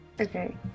Okay